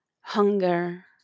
hunger